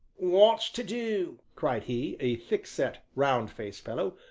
what's to do? cried he, a thick-set, round-faced fellow,